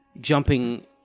jumping